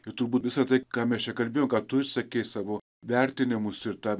ir turbūt visa tai ką mes čia kalbėjom ką tu išsakei savo vertinimus ir tą